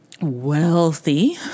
wealthy